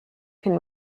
can